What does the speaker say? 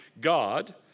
God